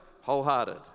wholehearted